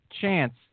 chance